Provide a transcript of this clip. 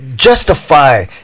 justify